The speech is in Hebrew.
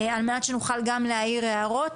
על מנת שנוכל גם להעיר הערות,